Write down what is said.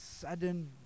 sudden